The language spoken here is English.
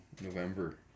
November